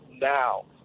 now